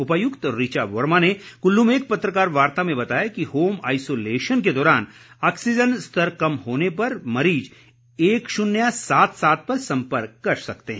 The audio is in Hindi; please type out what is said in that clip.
उपायुक्त ऋचा वर्मा ने कुल्लू में एक पत्रकार वार्ता में बताया कि होम आइसोलेशन के दौरान ऑक्सीज़न स्तर कम होने पर मरीज़ एक शून्य सात सात पर संपर्क कर सकते हैं